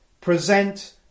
present